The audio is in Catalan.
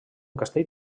castell